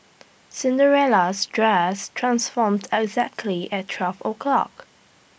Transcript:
Cinderella's dress transformed exactly at twelve o'clock